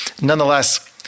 nonetheless